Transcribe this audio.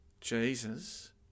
Jesus